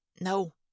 No